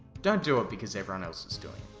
don't do it because everyone else is doing